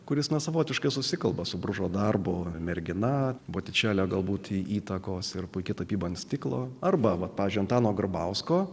kuris na savotiškas susikalba su bružo darbo merginą botičelio galbūt įtakos ir puiki tapyba ant stiklo arba pavyzdžiui antano garbausko